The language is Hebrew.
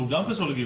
שהוא גם קשור לגיוס.